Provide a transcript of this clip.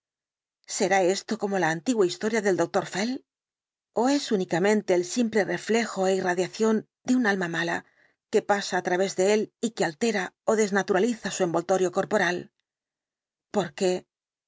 será esto como la antigua historia del dr fell ó es únicamente el simple reflejo é irradiación de un alma mala que pasa á través de él y que altera ó desnaturaliza su envoltorio corporal porque